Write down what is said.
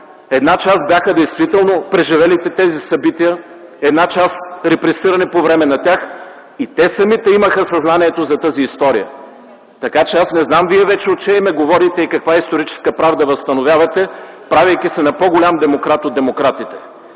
част от тях действително бяха преживели тези събития, част от тях бяха репресирани по време на тях и те самите имаха съзнанието за тази история. Аз не знам Вие от чие име говорите и каква историческа правда възстановявате, правейки се на по-голям демократ от демократите?!